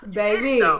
baby